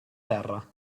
terra